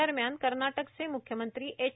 दरम्यान कर्नाटकचे मुख्यमंत्री एच